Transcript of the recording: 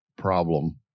problem